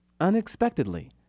unexpectedly